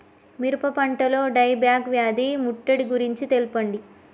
మిరప పంటలో dieback వ్యాధి ముట్టడి గురించి తెల్పండి?